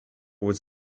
was